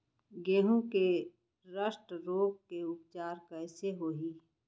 गेहूँ के रस्ट रोग के उपचार कइसे होही?